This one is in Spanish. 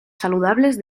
saludables